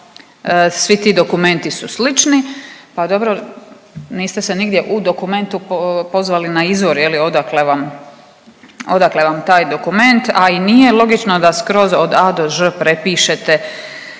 svi ti dokumenti su slični. Pa dobro niste se nigdje u dokumentu pozvali na izvor je li odakle vam, odakle vam taj dokument, a i nije logično da skroz od A do Ž prepišete,